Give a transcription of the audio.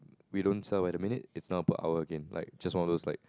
we don't sell by the minute it's now per hour again like just one of those like